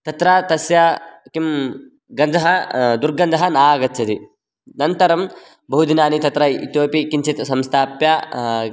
तत्र तस्य किं गन्धः दुर्गन्धः न आगच्छति अनन्तरं बहु दिनानि तत्र इतोपि किञ्चित् संस्थाप्य